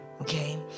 Okay